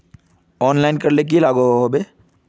Online करले की लागोहो होबे?